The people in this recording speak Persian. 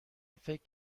فکر